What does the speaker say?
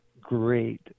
great